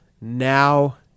Now